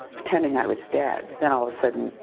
pretending i was dead. then all sudden,